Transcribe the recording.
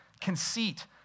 conceit